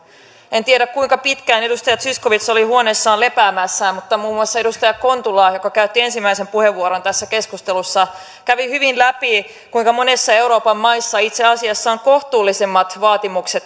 en tiedä kuinka pitkään edustaja zyskowicz oli huoneessaan lepäämässä mutta muun muassa edustaja kontula joka käytti ensimmäisen puheenvuoron tässä keskustelussa kävi hyvin läpi kuinka monessa euroopan maassa itse asiassa on kohtuullisemmat vaatimukset